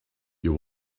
you